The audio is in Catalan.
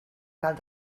tal